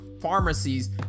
pharmacies